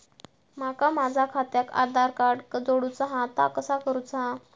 माका माझा खात्याक आधार कार्ड जोडूचा हा ता कसा करुचा हा?